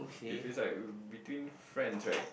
if it's like between friends right